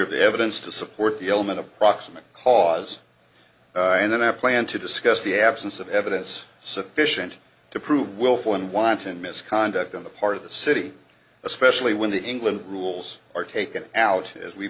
of the evidence to support the element of proximate cause and then i plan to discuss the absence of evidence sufficient to prove willful and wanton misconduct on the part of the city especially when the england rules are taken out as we